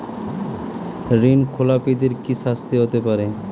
ঋণ খেলাপিদের কি শাস্তি হতে পারে?